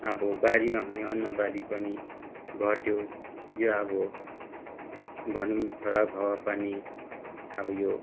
अब बारीमा हुने अन्नबाली पनि घट्यो यो अब भनौँ खराब हावा पानी अब यो